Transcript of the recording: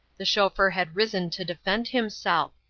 the chauffeur had risen to defend himself.